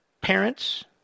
parents